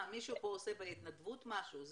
מה, מישהו פה עושה בהתנדבות משהו?